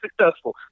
successful